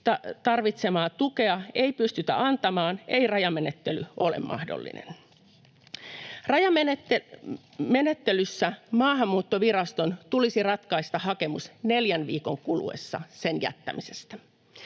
tarvitsemaa tukea ei pystytä antamaan, ei rajamenettely ole mahdollinen. Rajamenettelyssä Maahanmuuttoviraston tulisi ratkaista hakemus neljän viikon kuluessa sen jättämisestä.